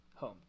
home